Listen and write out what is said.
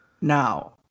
Now